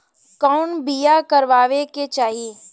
कउन बीमा करावें के चाही?